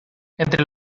entre